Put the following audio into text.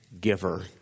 giver